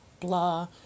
blah